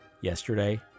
yesterday